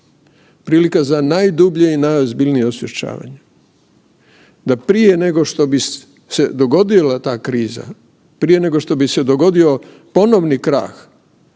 prilika za najdublje i najozbiljnije osvještavanje, da prije nego što bi se dogodila ta kriza, prije nego što bi se dogodio ponovni krah